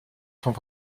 sont